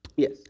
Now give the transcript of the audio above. Yes